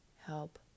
help